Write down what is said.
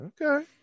okay